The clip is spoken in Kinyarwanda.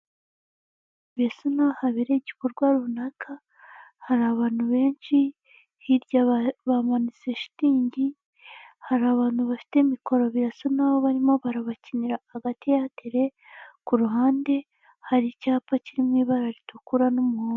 Birasa n'aho habereye igikorwa runaka, hari abantu benshi, hirya bamanitse shitingi, hari abantu bafite mikoro, birasa naho barimo barabakinira agateatere, kuru ruhande hari icyapa kirimo ibara ritukura n'umuhondo.